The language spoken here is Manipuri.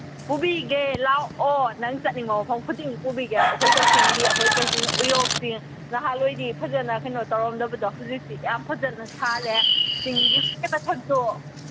ꯄꯨꯕꯤꯒꯦ ꯂꯥꯛꯑꯣ ꯅꯪ ꯆꯠꯅꯤꯡꯕ ꯃꯐꯝ ꯈꯨꯗꯤꯡ ꯄꯨꯕꯤꯒꯦ ꯑꯩꯈꯣꯏ ꯀꯛꯆꯤꯡꯒꯤ ꯑꯩꯈꯣꯏ ꯀꯛꯆꯤꯡ ꯎꯌꯣꯛ ꯆꯤꯡ ꯅꯍꯥꯜꯋꯥꯏꯗꯤ ꯐꯖꯅ ꯀꯩꯅꯣ ꯇꯧꯔꯝꯗꯕꯗꯣ ꯍꯧꯖꯤꯛꯇꯤ ꯌꯥꯝ ꯐꯖꯅ ꯁꯥꯔꯦ ꯆꯤꯡꯒꯤ ꯃꯊꯛꯇꯣ